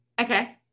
Okay